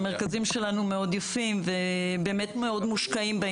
המרכזים שלנו מאוד יפים ומאוד מושקעים.